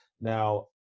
Now